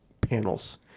panels